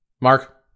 Mark